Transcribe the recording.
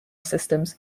systems